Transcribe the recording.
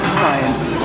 science